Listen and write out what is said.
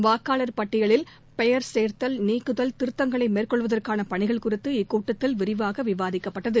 வாக்காளர் பட்டியலில் பெயர் சேர்த்தல் நீக்குதல் திருத்தங்களைமேற்கொள்வதற்கானபணிகள் குறித்து இக்கூட்டத்தில் விரிவாகவிவாதிக்கப்பட்டது